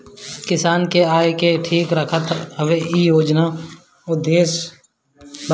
किसान के आय के ठीक रखल इ योजना के उद्देश्य बाटे